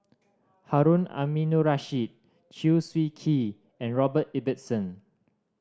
Harun Aminurrashid Chew Swee Kee and Robert Ibbetson